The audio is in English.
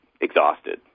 exhausted